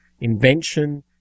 invention